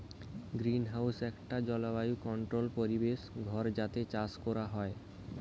greenhouse একটা জলবায়ু controlled পরিবেশ ঘর যাতে চাষ কোরা হয়